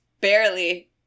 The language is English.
barely